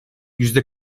yüzde